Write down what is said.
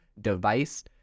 device